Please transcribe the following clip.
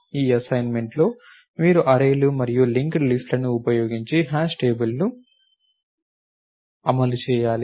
ఈ అసైన్మెంట్లో మీరు అర్రేలు మరియు లింక్డ్ లిస్ట్ లను ఉపయోగించి హ్యాష్ టేబుల్ ను అమలు చేయాలి